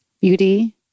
Beauty